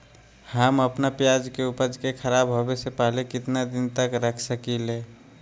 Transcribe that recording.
हम अपना प्याज के ऊपज के खराब होबे पहले कितना दिन तक रख सकीं ले?